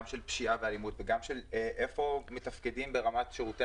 של פשיעה ואלימות וגם של היכן מתפקדים ברמת שירותי